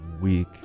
week